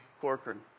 Corcoran